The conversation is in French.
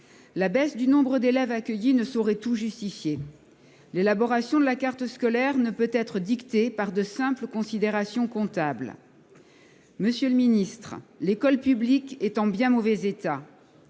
La baisse du nombre d'élèves accueillis ne saurait tout justifier. L'élaboration de la carte scolaire ne peut être dictée par de simples considérations comptables. Monsieur le ministre, l'école publique est en bien mauvais état.